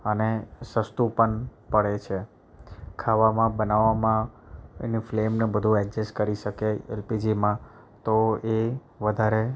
અને સસ્તું પણ પડે છે ખાવામાં બનાવવામાં એની ફલેમને બધું એડજસ્ટ કરી શકે એલપીજીમાં તો એ વધારે